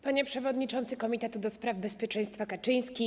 Panie Przewodniczący Komitetu ds. Bezpieczeństwa Kaczyński!